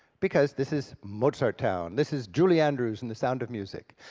because this is mozart town, this is julie andrews in the sound of music.